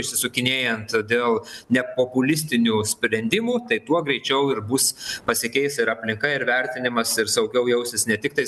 išsisukinėjant todėl ne populistinių sprendimų tai tuo greičiau ir bus pasikeis ir aplinka ir vertinimas ir saugiau jausis ne tiktais